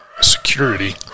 security